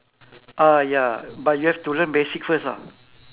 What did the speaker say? ah ya but you have to learn basic first ah